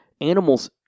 Animals